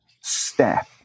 step